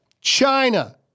China